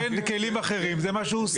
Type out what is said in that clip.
באין כלים אחרים, זה מה שהוא עושה.